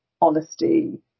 honesty